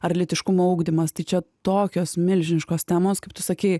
ar lytiškumo ugdymas tai čia tokios milžiniškos temos kaip tu sakei